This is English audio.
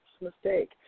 mistake